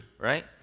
right